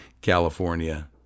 California